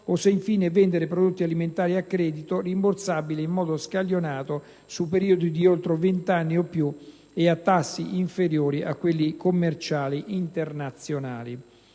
o se, infine, vendere prodotti alimentari a credito, rimborsabile in modo scaglionato su periodi di 20 anni o più e a tassi inferiori a quelli commerciali internazionali.